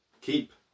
keep